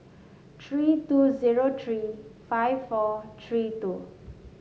three two zero three five four three two